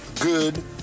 Good